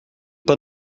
pas